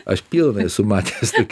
aš pilna esu matęs tokių